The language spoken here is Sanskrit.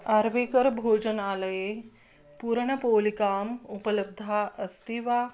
आर्विकर् भोजनालये पुरण पोलिका उपलब्धा अस्ति वा